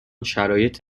شرایط